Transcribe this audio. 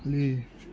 మళ్ళీ